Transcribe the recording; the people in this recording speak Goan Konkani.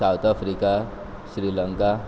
south Africa Sri Lanka